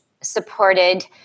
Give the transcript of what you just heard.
supported